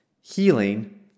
healing